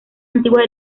antiguas